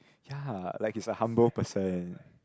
ya like he's a humble person